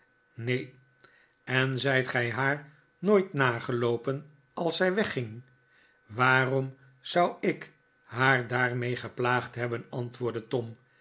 neen en zijt gij haar nooit nageloopen als zij wegging waarom zou ik haar daarmee geplaagd hebben antwoordde tom